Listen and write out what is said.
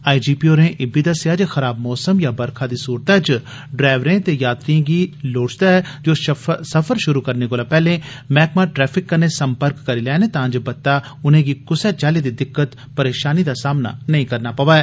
आई G P होरें इब्बी दस्सेया जे खराब मौसम या बरखा दी सूरतै च डरैवरे ते यात्रिएं गी लोड़चदा ऐ जे सफर शुरू करने कोला पैह्ले मैह्कमा ट्रैफिक कन्नै सम्पर्क करी लैन तां जे बत्ता उनेंगी कुसै चाली दी दिक्कत परेशानी पेश नेई अवै